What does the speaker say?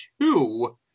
two